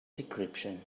decryption